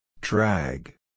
Drag